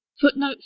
footnote